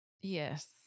yes